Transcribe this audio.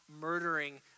murdering